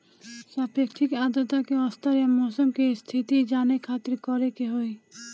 सापेक्षिक आद्रता के स्तर या मौसम के स्थिति जाने खातिर करे के होई?